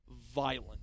violent